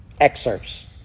excerpts